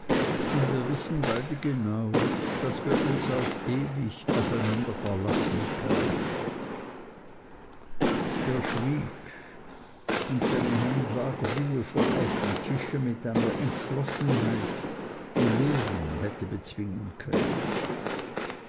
und wir wissen beide genau daß wir uns auf ewig aufeinander verlassen können er schwieg und seine hand lag ruhevoll auf dem tische mit einer entschlossenheit die löwen hätte bezwingen können